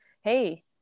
hey